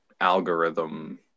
algorithm